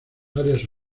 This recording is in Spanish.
áreas